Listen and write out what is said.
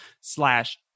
slash